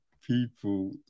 people